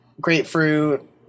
Grapefruit